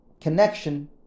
connection